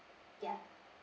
yeah